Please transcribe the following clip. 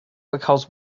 because